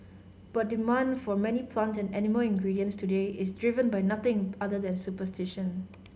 but demand for many plant and animal ingredients today is driven by nothing other than superstition